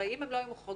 אם הן לא היו מוחרגות,